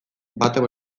batak